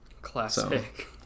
Classic